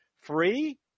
Free